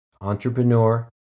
entrepreneur